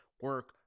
Work